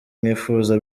mwifuza